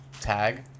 tag